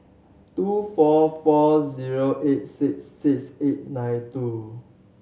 two four four zero eight six six eight nine two